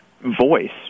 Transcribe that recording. voice